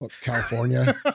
California